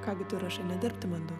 ką gi tu rašai nedirbti bandau